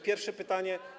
Pierwsze pytanie.